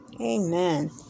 Amen